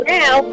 now